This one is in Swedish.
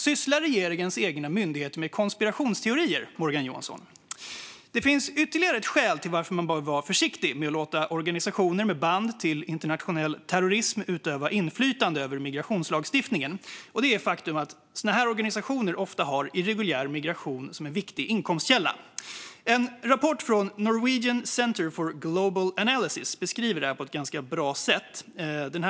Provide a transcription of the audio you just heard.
Sysslar regeringens egna myndigheter med konspirationsteorier, Morgan Johansson? Det finns ytterligare ett skäl till att man bör vara försiktig med att låta organisationer med band till internationell terrorism utöva inflytande över migrationslagstiftningen, och det är det faktum att sådana organisationer ofta har irreguljär migration som en viktig inkomstkälla. En rapport från Norwegian Center for Global Analysis beskriver detta på ett ganska bra sätt.